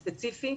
ספציפי,